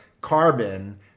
carbon